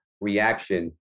reaction